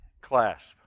clasp